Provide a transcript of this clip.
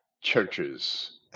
churches